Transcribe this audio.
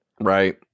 right